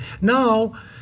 Now